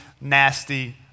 nasty